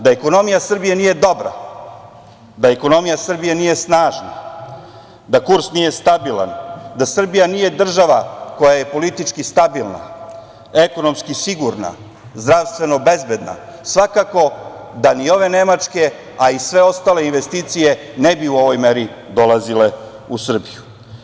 Da ekonomija Srbije nije dobra, da ekonomija Srbije nije snažna, da kurs nije stabilan, da Srbija nije država koja je politički stabilna, ekonomski sigurna, zdravstveno bezbedna, svakako da ni ove nemačke, a i sve ostale investicije ne bi u ovoj meri dolazile u Srbiju.